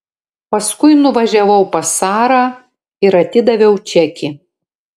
paskui nuvažiavau pas sarą ir atidaviau čekį